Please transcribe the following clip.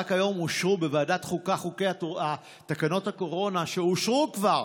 רק היום אושרו בוועדת החוקה תקנות הקורונה שאושרו כבר